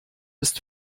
ist